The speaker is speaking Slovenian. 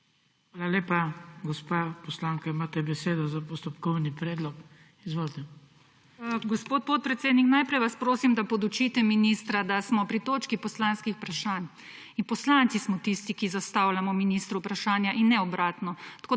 Hvala lepa. Gospa poslanka, imate besedo za postopkovni predlog. Izvolite. JANJA SLUGA (PS NP): Gospod podpredsednik, najprej vas prosim, da podučite ministra, da smo pri točki poslanskih vprašanj in poslanci smo tisti, ki zastavljamo ministru vprašanja, in ne obratno.